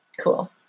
Cool